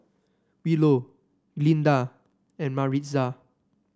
Willow Glinda and Maritza